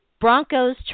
Broncos